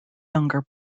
younger